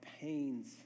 pains